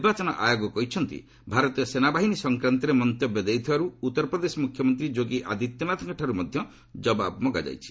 ନିର୍ବାଚନ ଆୟୋଗ କହିଛନ୍ତି ଭାରତୀୟ ସେନାବାହିନୀ ସଂକ୍ରାନ୍ତରେ ମନ୍ତବ୍ୟ ଦେଇଥିବାରୁ ଉତ୍ତରପ୍ରଦେଶ ମୁଖ୍ୟମନ୍ତ୍ରୀ ଯୋଗୀ ଆଦିତ୍ୟନାଥଙ୍କଠାରୁ ମଧ୍ୟ ଜବାବ ମଗା ଯାଇଛି